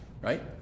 Right